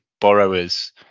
borrowers